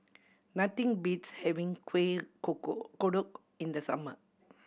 nothing beats having Kueh Kodok in the summer